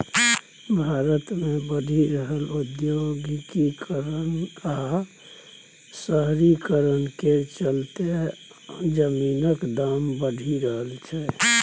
भारत मे बढ़ि रहल औद्योगीकरण आ शहरीकरण केर चलते जमीनक दाम बढ़ि रहल छै